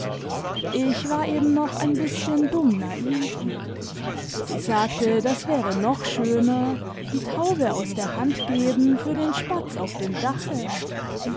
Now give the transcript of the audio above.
ich war eben noch ein bißchen dumm naiv sie sagte das wäre noch schöner die taube aus der hand geben für den spatz auf dem dache